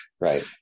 Right